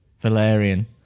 Valerian